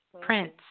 Prince